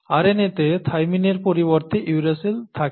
RNAতে থাইমিনের পরিবর্তে ইউরাসিল থাকে